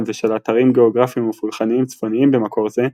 ושל אתרים גאוגרפיים ופולחניים צפוניים במקור זה,